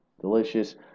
delicious